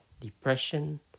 depression